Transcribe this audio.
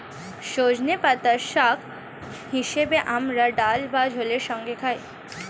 সজনের পাতা শাক হিসেবে আমরা ডাল বা ঝোলের সঙ্গে খাই